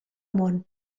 món